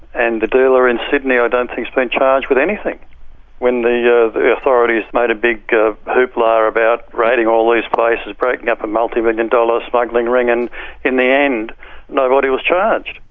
and the dealer in sydney i don't think's been charged with anything when the ah the authorities made a big hoopla about raiding all these places, breaking up a multimillion dollar smuggling ring, and in the end nobody was charged.